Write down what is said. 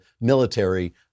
military